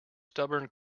stubborn